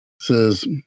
says